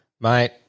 Mate